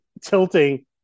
tilting